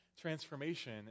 transformation